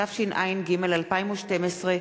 התשע"ג 2012,